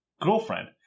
Girlfriend